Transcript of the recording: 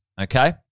okay